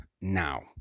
now